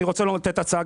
אני רוצה לתת גם הצעה